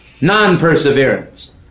non-perseverance